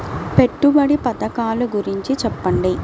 పెట్టుబడి పథకాల గురించి చెప్పండి?